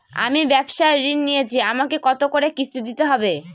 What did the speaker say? আমি ব্যবসার ঋণ নিয়েছি আমাকে কত করে কিস্তি দিতে হবে?